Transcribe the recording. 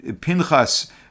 Pinchas